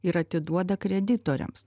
ir atiduoda kreditoriams